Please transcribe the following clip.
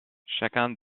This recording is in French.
chacun